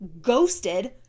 ghosted